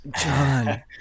John